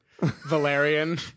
Valerian